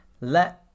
let